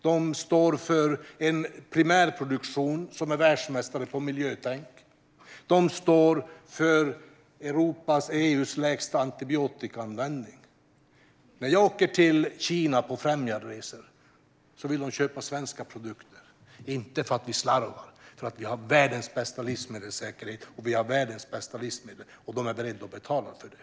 De står för en primärproduktion som är världsmästare på miljötänk. De står för Europas och EU:s lägsta antibiotikaanvändning. När jag åker till Kina på främjarresor vill man där köpa svenska produkter, inte för att vi slarvar utan för att vi har världens bästa livsmedelssäkerhet och världens bästa livsmedel, och man är beredd att betala för det.